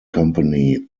company